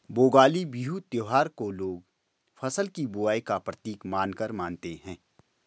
भोगाली बिहू त्योहार को लोग फ़सल की बुबाई का प्रतीक मानकर मानते हैं